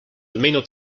almeno